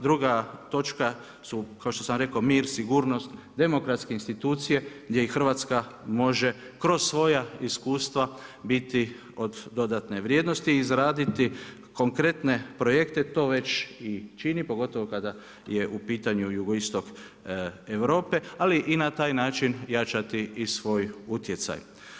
Druga točka su kao što sam rekao, mir, sigurnost, demokratske institucije, gdje i Hrvatska može kroz svoja iskustava biti od dodatne vrijednosti i zaraditi konkretne projekte to već i čini, pogotovo kada je jugoistok Europe, ali i na taj način jačati i svoj utjecaj.